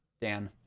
Dan